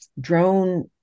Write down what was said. drone